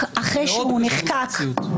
לשיטתך לא קשור למציאות.